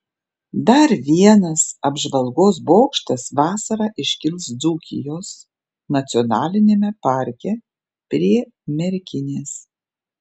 dar vienas apžvalgos bokštas vasarą iškils dzūkijos nacionaliniame parke prie merkinės